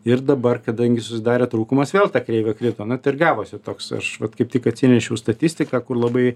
ir dabar kadangi susidarė trūkumas vėl ta kreivė krito na tai ir gavosi toks aš vat kaip tik atsinešiau statistiką kur labai